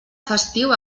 festiu